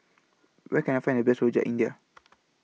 Where Can I Find The Best Rojak India